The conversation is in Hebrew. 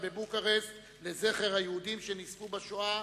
בבוקרשט לזכר היהודים שנספו בשואה,